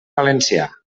valencià